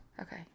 Okay